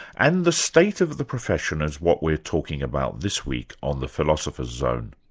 and the state of the profession is what we're talking about this week on the philosopher's zone.